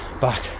back